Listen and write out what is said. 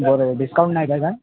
बरोबर डिस्काउंट नाही काय का